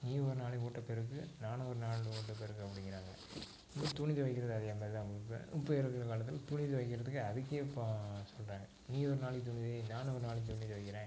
நீ ஒரு நாளைக்கு வீட்ட பெருக்கு நானும் ஒரு நாள் வீட்ட பெருக்குறேன் அப்படிங்கிறாங்க இனி துணி துவைக்கிறதுக்கு அதே மாதிரி தான் இப்போ இப்போ இருக்கிற காலத்தில் துணி துவைக்கிறதுக்கு அதுக்கே இப்போ சொல்கிறாங்க நீ ஒரு நாளைக்கு துணி துவை நானும் ஒரு நாளைக்கு துணி துவைக்கிறேன்